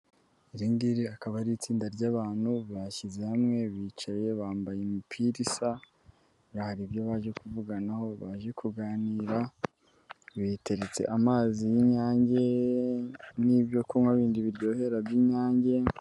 Iri ngiri akaba ari itsinda ry'abantu bashyize hamwe, bicaye bambaye umupira isa hari ibyo baje kuvuga, naho baje kuganira biteretse amazi y'Inyange, n'ibyo kunywa bindi biryohera by'Inyange.